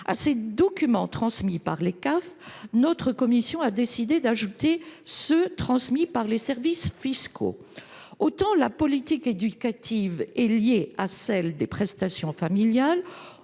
d'allocations familiales, notre commission a décidé d'ajouter des données transmises par les services fiscaux. Autant la politique éducative est liée à celle des prestations familiales,